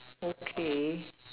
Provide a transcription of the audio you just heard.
okay